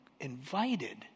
invited